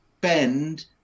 bend